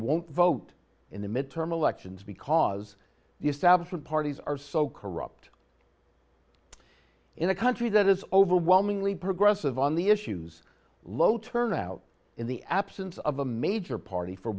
won't vote in the midterm elections because the establishment parties are so corrupt in a country that is overwhelmingly progressive on the issues low turnout in the absence of a major party for